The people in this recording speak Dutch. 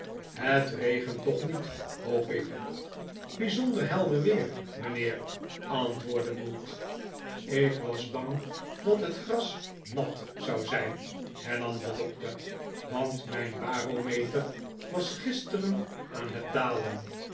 het regent toch niet hoop ik bijzonder helder weer mijnheer antwoordde mould ik'was bang dat het gras nat zou zijn hernam de dokter want mijn barometer was gisteren aan het dalen